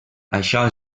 això